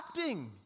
acting